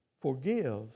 forgive